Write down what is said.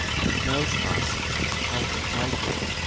he tells us how a piper,